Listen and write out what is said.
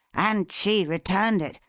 and she returned it.